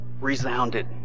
resounded